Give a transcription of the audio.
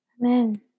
Amen